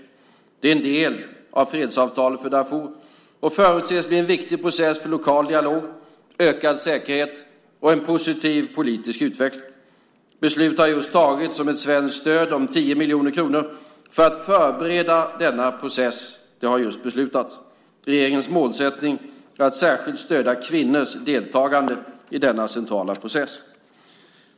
Detta är en del av fredsavtalet för Darfur och förutses bli en viktig process för lokal dialog, ökad säkerhet och en positiv politisk utveckling. Beslut har just tagits om ett svenskt stöd om 10 miljoner kronor för att förbereda denna process. Regeringens målsättning är att särskilt stödja kvinnors deltagande i denna centrala process.